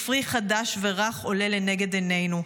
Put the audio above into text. ופרי חדש ורך עולה לנגד עינינו.